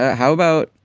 ah how about,